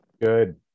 Good